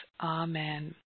Amen